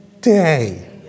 day